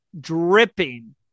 dripping